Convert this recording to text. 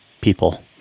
people